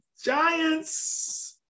Giants